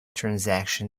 transaction